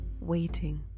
waiting